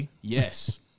yes